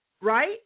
right